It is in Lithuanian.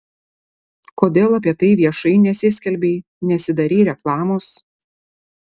kodėl apie tai viešai nesiskelbei nesidarei reklamos